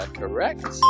correct